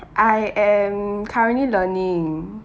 I am currently learning